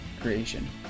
creation